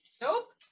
Nope